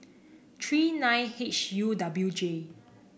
three nine H U W J